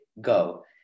go